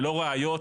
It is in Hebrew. ללא ראיות,